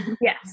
Yes